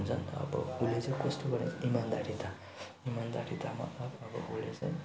त्यस्तो हुन्छ नि त अब उसले चाहिँ कस्तो गर्यो इमान्दारिता इमान्दारिता मतलब अब उसले चाहिँ